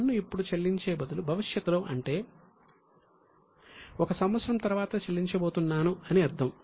పన్ను ఇప్పుడు చెల్లించే బదులు భవిష్యత్తులో అంటే ఒక సంవత్సరం తర్వాత చెల్లించబోతున్నాను అని అర్థం